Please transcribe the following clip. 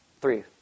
Three